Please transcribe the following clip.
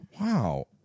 Wow